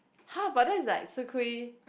!huh! but that's like 吃亏